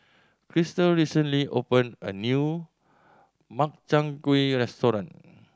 Christal recently opened a new Makchang Gui restaurant